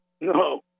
No